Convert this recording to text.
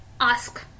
ask